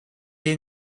est